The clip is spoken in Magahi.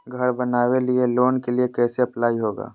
घर बनावे लिय लोन के लिए कैसे अप्लाई होगा?